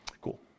Cool